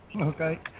Okay